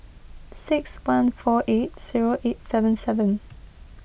six one four eight zero eight seven seven